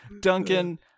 Duncan